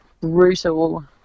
brutal